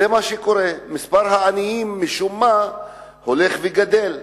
זה מה שקורה, מספר העניים משום מה הולך וגדל,